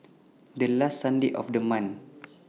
The last Sunday of The month